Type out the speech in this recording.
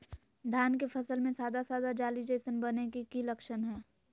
धान के फसल में सादा सादा जाली जईसन बने के कि लक्षण हय?